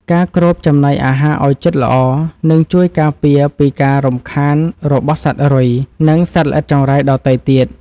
ការគ្របចំណីអាហារឱ្យជិតល្អនឹងជួយការពារពីការរំខានរបស់សត្វរុយ និងសត្វល្អិតចង្រៃដទៃទៀត។